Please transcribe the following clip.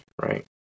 right